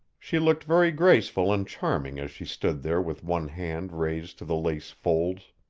she looked very graceful and charming as she stood there with one hand raised to the lace folds.